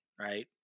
right